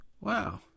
Wow